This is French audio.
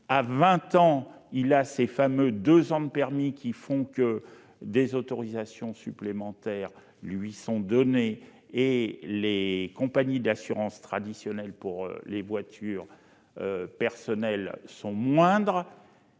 à 20 ans il a ces fameux 2 ans permis qui font que des autorisations supplémentaires lui sont donnés et les compagnies d'assurance traditionnelle pour les voitures personnelles sont moindres